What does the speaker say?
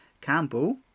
campbell